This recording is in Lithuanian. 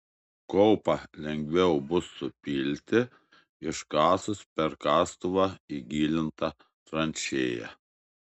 kaupą lengviau bus supilti iškasus per kastuvą įgilintą tranšėją